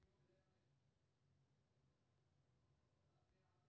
किसान कृषि प्रणाली के सबसं महत्वपूर्ण स्तंभ होइ छै